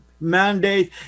mandate